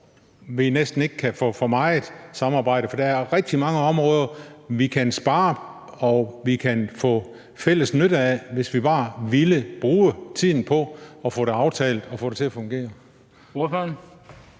vi næsten ikke kan få for meget samarbejde, for der er rigtig mange områder, hvor vi kan spare, og som vi kan få fælles nytte af, hvis vi bare ville bruge tiden på at få det aftalt og få det til at fungere.